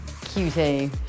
cutie